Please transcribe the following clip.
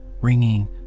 ringing